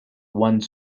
one